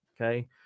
okay